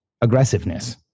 aggressiveness